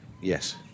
Yes